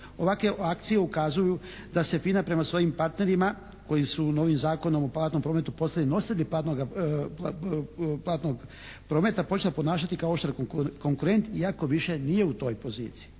Ovakve akcije ukazuju da se FINA prema svojim partnerima koji su novim Zakonom o platnom prometu postali nositelji platnog prometa počela ponašati kao oštar konkurent iako više nije u toj poziciji.